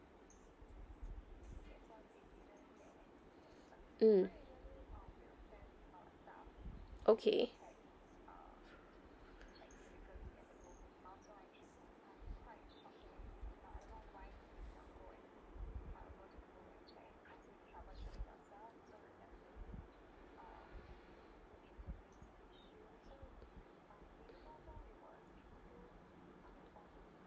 mm okay